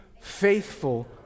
Faithful